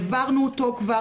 העברנו אותו כבר,